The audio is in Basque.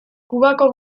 kubako